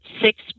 six